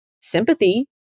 sympathy